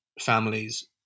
families